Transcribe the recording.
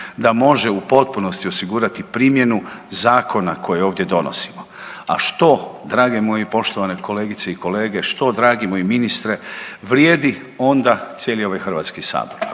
da može u potpunosti osigurati primjenu zakona koje ovdje donosimo. A što drage moji poštovane kolegice i kolege što dragi moj ministre vrijedi onda cijeli ovaj HS ako smo